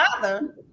father